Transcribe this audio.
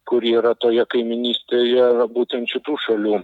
kuri yra toje kaimynystėje būtent šitų šalių